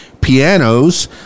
pianos